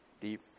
deep